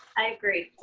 i agree.